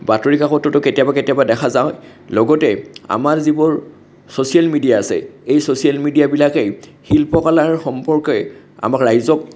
বাতৰি কাকততো কেতিয়াবা কেতিয়াবা দেখা যাওঁ লগতে আমাৰ যিবোৰ ছচিয়েল মিডিয়া আছে এই ছচিয়েল মিডিয়া বিলাকে শিল্পকলাৰ সম্পৰ্কে আমাক ৰাইজক